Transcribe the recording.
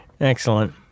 Excellent